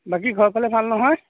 বাকী ঘৰৰফালে ভাল নহয়